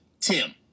Tim